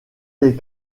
les